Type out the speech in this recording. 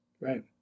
right